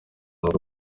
mwuga